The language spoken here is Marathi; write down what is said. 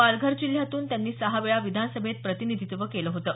पालघर जिल्ह्यातून त्यांनी सहा वेळा विधानसभेत प्रतिनिधित्व केलं होतं